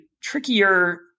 trickier